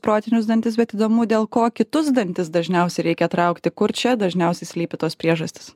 protinius dantis bet įdomu dėl ko kitus dantis dažniausia reikia traukti kur čia dažniausia slypi tos priežastys